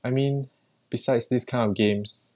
I mean besides these kind of games